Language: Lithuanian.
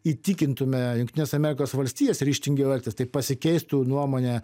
įtikintume jungtines amerikos valstijas ryžtingiau elgtis tai pasikeistų nuomonę